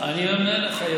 אני עונה לך,